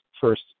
first